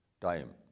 time